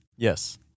Yes